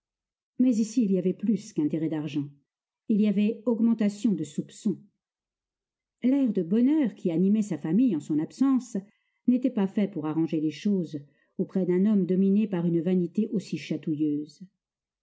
mais ici il y avait plus qu'intérêt d'argent il y avait augmentation de soupçons l'air de bonheur qui animait sa famille en son absence n'était pas fait pour arranger les choses auprès d'un homme dominé par une vanité aussi chatouilleuse